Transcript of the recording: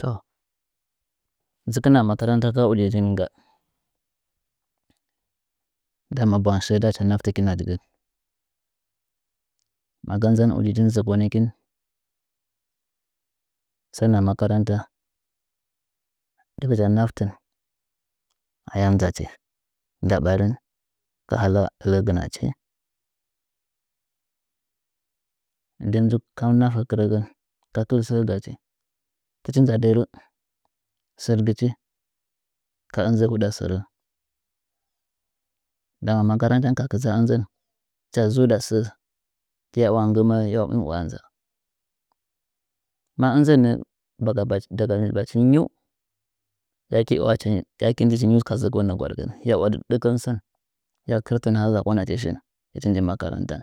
To dzɨkin a makaranta ka ujiujin ngga ndama ɓwang sɚ ndache nafhikina digɚn maga nzan ujijih rkonikin dɚnɚ s mskstsnys fɨgɨcha naftih ayam nzachi nda ɓarin ka hala ɚlɚ gɨnachi ndi nji ka nafe kfrɚgɚn ka kɨl sɚ gachi tɨchi nza dɚrɚ sɚrgɨchi ka ɨnzɚ huɗa sɚri nda makarantan ka kɨtsa ɨnzɚn hɨcha zuda sɚ tiya wa nggɨmi’wagɨya nza ma ɨnzɚn nɚ daga bachi nyiu yake njichi ka zokonɚ gwaɗkɨn ɗɚkɚn sɚn hɨya kɨrtɨn ha zakwanachi shin hɨch nji makaratan